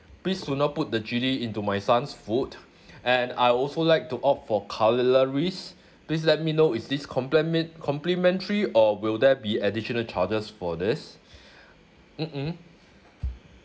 please do not put the chili into my son's food and I also like to opt for cutleries please let me know is this complement~ complementary or will there be additional charges for this mm mm